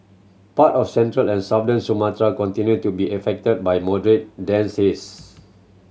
part of central and southern Sumatra continue to be affected by moderate dense haze